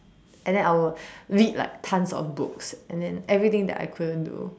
and then I'll read like tons of books and then everything that I couldn't do